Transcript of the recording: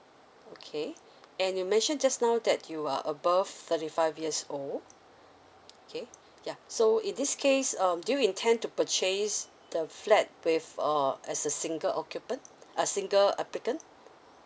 okay and you mentioned just now that you are above thirty five years old okay ya so in this case um do you intend to purchase the flat with uh as a single occupant a single applicant